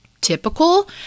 Typical